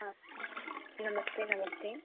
हाँ नमस्ते नमस्ते